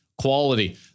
quality